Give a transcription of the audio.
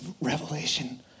revelation